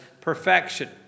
perfection